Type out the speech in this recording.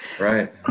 Right